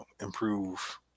improve